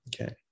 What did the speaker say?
Okay